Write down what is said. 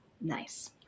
Nice